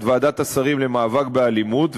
את ועדת השרים למאבק באלימות.